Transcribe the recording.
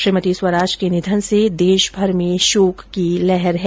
श्रीमती स्वराज के निधन से देश में शोक की लहर है